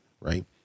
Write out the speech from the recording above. right